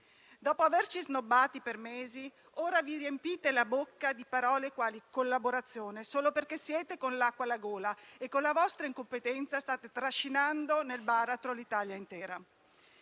Dopo averci snobbati per mesi, ora vi riempite la bocca di parole quali collaborazione solo perché siete con l'acqua alla gola e, con la vostra incompetenza, state trascinando nel baratro l'Italia intera.